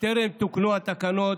טרם תוקנו התקנות,